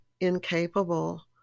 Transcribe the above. incapable